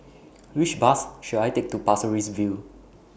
Which Bus should I Take to Pasir Ris View